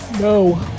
No